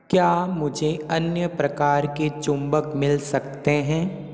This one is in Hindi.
क्या मुझे अन्य प्रकार के चुम्बक मिल सकते हैं